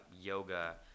yoga